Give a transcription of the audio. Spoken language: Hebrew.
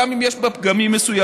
גם אם יש בה פגמים מסוימים,